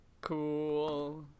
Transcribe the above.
Cool